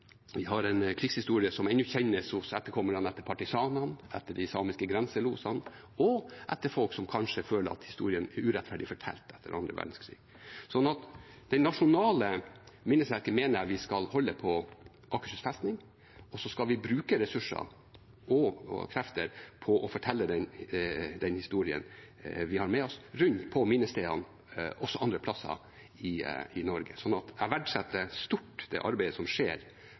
Vi har en krigshistorie som ennå kjennes hos etterkommerne etter partisanene, etter de samiske grenselosene og etter folk som kanskje føler at historien er urettferdig fortalt etter annen verdenskrig. Så det nasjonale minnesmerket mener jeg vi skal holde på Akershus festning, og så skal vi bruke ressurser og krefter på å fortelle den historien vi har med oss, rundt på minnestedene også andre plasser i Norge. Jeg verdsetter stort det arbeidet som skjer